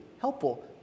helpful